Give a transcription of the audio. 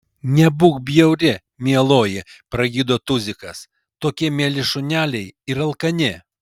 nebūk bjauri mieloji pragydo tuzikas tokie mieli šuneliai ir alkani